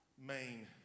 main